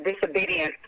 disobedience